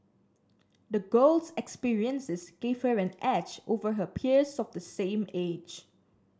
the girl's experiences gave her an edge over her peers of the same age